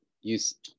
use